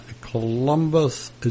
Columbus